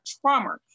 trauma